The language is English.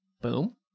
boom